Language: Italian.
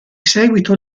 seguito